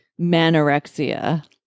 manorexia